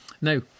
Now